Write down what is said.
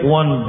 one